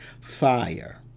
fire